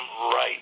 right